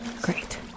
Great